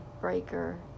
Breaker